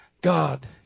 God